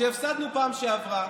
כשהפסדנו בפעם שעברה,